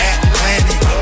Atlantic